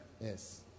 Yes